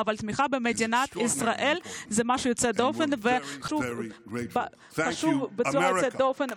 אבל תמיכה במדינת ישראל זה משהו יוצא דופן וחשוב בצורה יוצאת דופן,